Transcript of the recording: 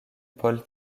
paul